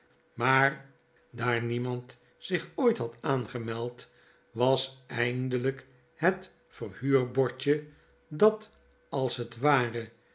maar daar niemand zich ooit had aangemeld was eindelijk het verhuurbordje dat als het ware